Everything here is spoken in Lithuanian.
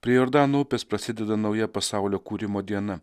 prie jordano upės prasideda nauja pasaulio kūrimo diena